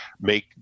make